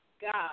God